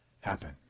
happen